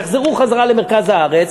יחזרו למרכז הארץ,